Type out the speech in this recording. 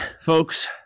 Folks